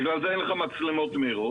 בגלל זה אין לך מצלמות מהירות,